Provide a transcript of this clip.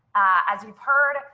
as we've heard,